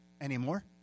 anymore